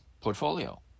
portfolio